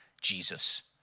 Jesus